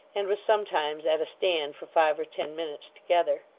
and was sometimes at a stand for five or ten minutes together.